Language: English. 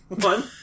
one